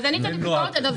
אין נוהג כזה.